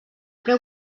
preu